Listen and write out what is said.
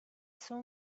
saw